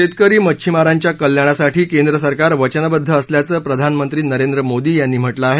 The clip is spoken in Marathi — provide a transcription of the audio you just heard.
शेतकरी मच्छिमारांच्या कल्याणासाठी केंद्रसरकार वचनबद्ध असल्याचं प्रधानमंत्री नरेंद्र मोदी यांनी म्हटलं आहे